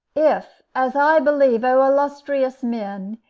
if, as i believe, o illustrious men,